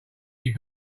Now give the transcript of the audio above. you